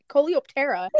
Coleoptera